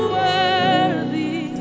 worthy